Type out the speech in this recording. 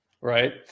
right